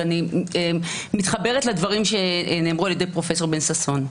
ואני מתחברת לדברים שנאמרו על ידי פרופ' בן ששון.